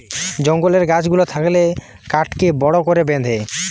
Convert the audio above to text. জঙ্গলের গাছ গুলা থাকলে কাঠকে বড় করে বেঁধে